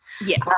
Yes